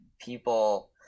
people